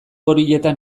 horietan